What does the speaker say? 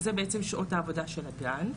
שאלו בעצם שעות העבודה של הגן.